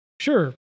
sure